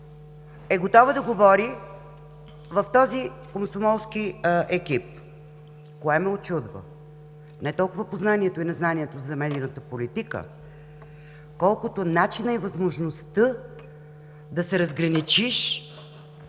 по всякаква тема в този комсомолски екип. Кое ме учудва? Не толкова познанието и незнанието за медийната политика, колкото начинът и възможността да се разграничиш